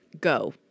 Go